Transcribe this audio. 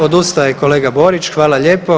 Odustao je kolega Borić, hvala lijepo.